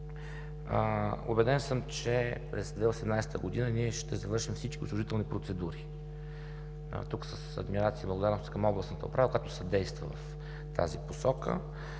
убеден, че през 2018 г. ние ще завършим всички отчуждителни процедури. Тук с адмирации и благодарности към областната управа, която съдейства в тази посока,